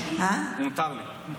מותר לי.